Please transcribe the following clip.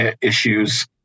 issues